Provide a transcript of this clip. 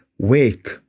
wake